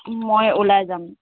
মই ওলাই যাম